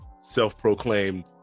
self-proclaimed